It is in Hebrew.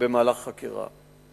מהלך החקירה.